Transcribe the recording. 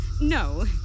No